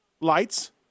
lights